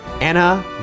Anna